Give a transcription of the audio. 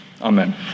Amen